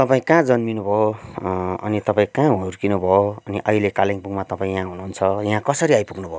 तपाईँ कहाँ जन्मिनु भयो अनि तपाईँ कहाँ हुर्किनु भयो अनि अहिले कालिम्पोङमा तपाईँ यहाँ हुनुहुन्छ यहाँ कसरी आइपुग्नु भयो